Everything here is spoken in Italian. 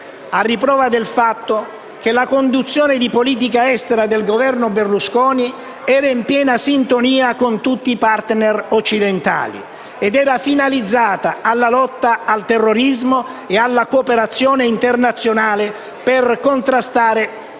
a riprova del fatto che la conduzione di politica estera del Governo Berlusconi era in piena sintonia con tutti i *partner* occidentali ed era finalizzata alla lotta al terrorismo e alla cooperazione internazionale per contrastare